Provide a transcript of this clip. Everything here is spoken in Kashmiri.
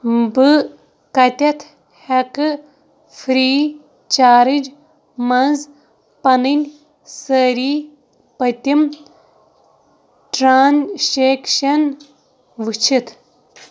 بہٕ کَتیٚتھ ہیٚکہٕ فرٛی چارٕج منٛز پنٕنۍ سٲرِی پٔتِم ٹرٛانسیٚکشن وُچھِتھ؟